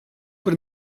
per